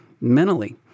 mentally